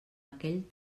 aquell